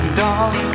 dog